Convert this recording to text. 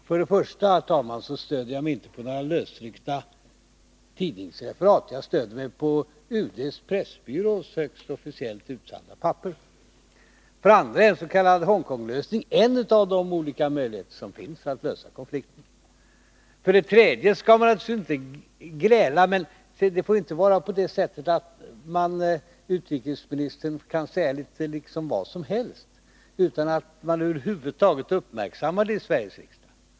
Herr talman! För det första stödjer jag mig inte på några lösryckta tidningsreferat. Jag stödjer mig på UD:s pressbyrås högst officiella papper. För det andra är en s.k. Hongkonglösning en av de olika möjligheter som finns för att lösa konflikten. För det tredje skall vi naturligtvis inte gräla, men det får inte vara på det sättet att utrikesministern kan säga nästan vad som helst utan att det över huvud taget uppmärksammas i Sveriges riksdag.